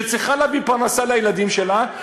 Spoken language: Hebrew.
שצריכה להביא פרנסה לילדים שלה.